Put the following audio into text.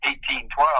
1812